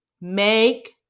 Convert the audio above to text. make